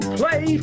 play